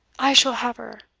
i shall have her!